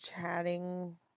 chatting